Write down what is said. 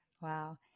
Wow